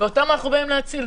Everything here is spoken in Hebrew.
ואותן אנו באים להציל.